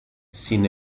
sin